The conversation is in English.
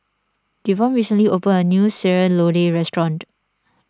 Devon recently opened a new Sayur Lodeh restaurant